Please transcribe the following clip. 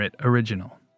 original